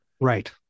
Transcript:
Right